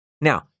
Now